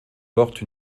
porte